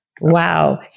Wow